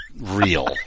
real